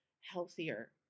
healthier